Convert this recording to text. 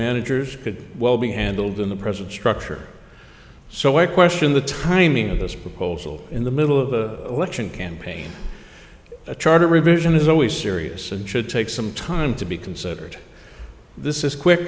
managers could well be handled in the present structure so i question the timing of this proposal in the middle of the election campaign charter revision is always serious and should take some time to be considered this is quick